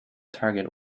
target